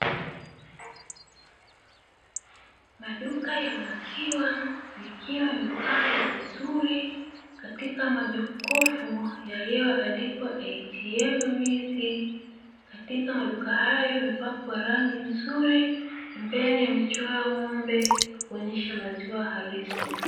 Maduka ya maziwa yakiwa yamepangwa vizuri katika majokofu yaliyoandikwa ATM milk, katika maduka hayo yamepakwa rangi nzuri; pembeni yamechorwa ng'ombe kuonesha maziwa halisi.